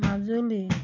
Majuli